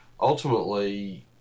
Ultimately